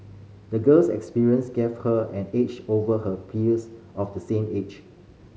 the girl's experience gave her an edge over her peers of the same age